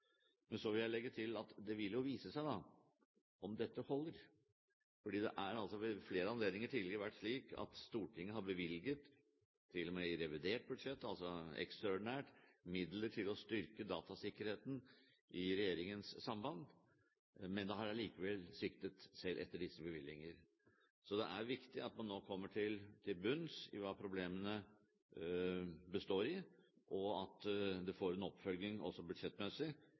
Men så vil jeg legge til at det vil jo vise seg om dette holder, for ved flere anledninger tidligere har Stortinget bevilget – til og med i revidert budsjett, altså ekstraordinært – midler til å styrke datasikkerheten i regjeringens samband, men det har allikevel sviktet selv etter disse bevilgninger. Så det er viktig at man nå kommer til bunns i hva problemene består i, og at det får en oppfølging også budsjettmessig,